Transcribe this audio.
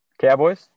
Cowboys